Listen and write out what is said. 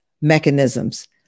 mechanisms